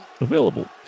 Available